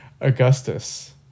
Augustus